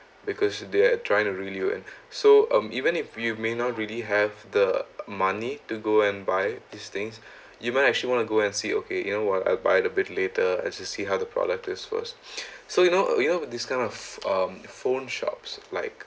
because they are trying to lure you and so um even if you may not really have the money to go and buy these things you might actually want to go and see okay you know what I'll buy a bit later I just to see how the product this was so you know you have this kind of um phone shops like